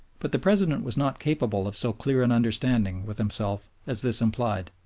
but the president was not capable of so clear an understanding with himself as this implied.